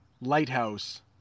lighthouse